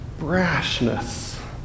brashness